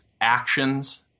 actions